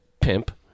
pimp